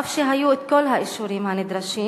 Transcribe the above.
אף שהיו כל האישורים הנדרשים.